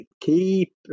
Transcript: keep